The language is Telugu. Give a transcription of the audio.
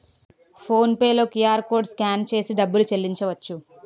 ఫోన్ పే లో క్యూఆర్కోడ్ స్కాన్ చేసి డబ్బులు చెల్లించవచ్చు